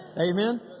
Amen